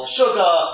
sugar